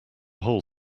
whole